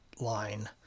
line